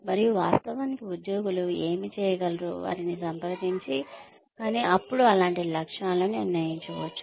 మరియు వాస్తవానికి ఉద్యోగులు ఏమి చేయగలరు వారిని సంప్రదించి కానీ అప్పుడు అలాంటి లక్ష్యాలను నిర్ణయించవచ్చు